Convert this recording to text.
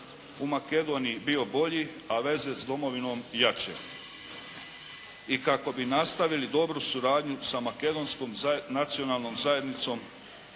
u Makedoniji bio bolji a veze s domovinom jače i kako bi nastavili dobru suradnju sa Makedonskom nacionalnom zajednicom